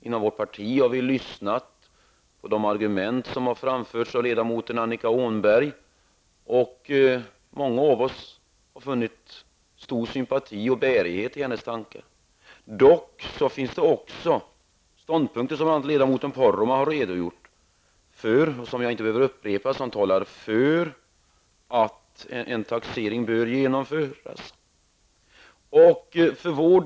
Inom vårt parti har vi lyssnat på de argument som har framförts av ledamoten Annika Åhnberg, och många av oss har känt stor sympati för och funnit stor bärighet i hennes tankar. Dock finns det också ståndpunkter, som ledamoten Poromaa har redogjort för och som jag inte behöver upprepa, som talar för att en taxering bör genomföras.